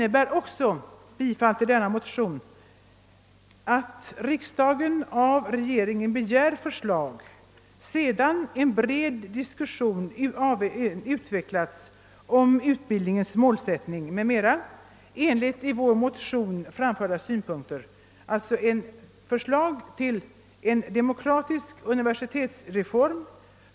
Ett bifall till denna motion betyder också att riksdagen, sedan en bred diskussion utvecklats om utbildningens målsättning m.m. enligt i vår motion framförda synpunkter, av regeringen begär ett förslag till en demokratisk universitetsform,.